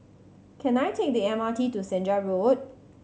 can I take the M R T to Senja Road